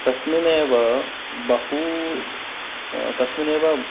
तस्मिन् एव बहु तस्मिन् एव